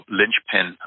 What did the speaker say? linchpin